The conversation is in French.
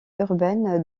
urbaine